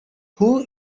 who